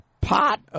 pot